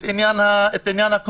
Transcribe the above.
את עניין הקורונה,